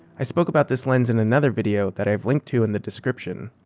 i spoke about this lens in another video that i have linked to in the description.